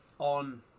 On